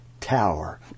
tower